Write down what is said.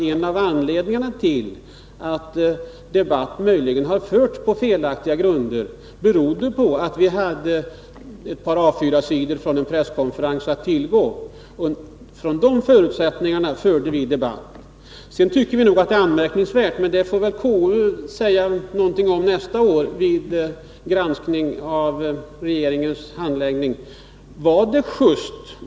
En av anledningarna till att debatten möjligen har förts på felaktiga grunder är att vi bara hade ett par A 4-sidor från en presskonferens att utgå från. Från de förutsättningarna förde vi debatten. Sedan finns det vissa saker som är anmärkningsvärda, men det får väl konstitutionsutskottet uttala sig om nästa år vid granskningen av regeringens handläggning.